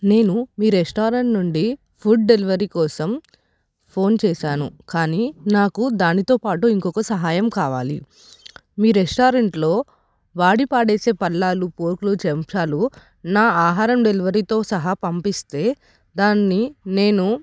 నేను మీ రెస్టారెంట్ నుండి ఫుడ్ డెలివరీ కోసం ఫోన్ చేశాను కానీ నాకు దానితో పాటు ఇంకొక సహాయం కావాలి మీ రెస్టారెంట్లో వాడి పాడేసే పళ్ళాలు ఫోర్కులు చెశాలు నా ఆహారం డెలివరీతో సహా పంపిస్తే దాన్ని నేను